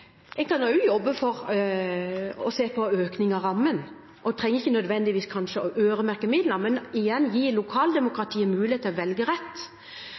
kan en også jobbe for å se på økning av rammen, og en trenger kanskje ikke nødvendigvis å øremerke midlene, men – igjen – å gi lokaldemokratiet muligheten til å velge rett.